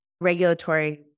regulatory